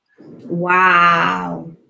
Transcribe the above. Wow